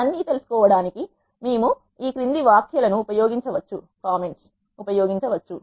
ఇవన్నీ తెలుసుకోవడానికి మేము ఈ క్రింది వ్యాఖ్యలను ఉపయోగించవచ్చు